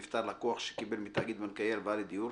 נפטר לקוח שקיבל מתאגיד בנקאי הלוואה לדיור,